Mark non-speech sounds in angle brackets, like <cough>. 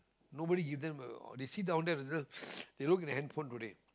nobody give them err or they sit down there <breath> they look at their hand phone today